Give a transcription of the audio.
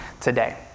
today